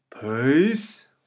Peace